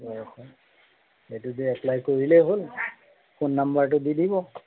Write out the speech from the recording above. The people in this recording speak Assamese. অঁ এইটোতে এপ্লাই কৰিলেই হ'ল ফোন নাম্বাৰটো দি দিব